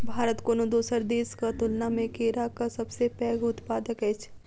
भारत कोनो दोसर देसक तुलना मे केराक सबसे पैघ उत्पादक अछि